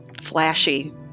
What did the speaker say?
flashy